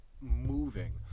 moving